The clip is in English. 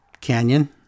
Canyon